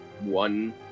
one